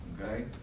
Okay